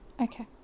Okay